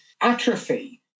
atrophy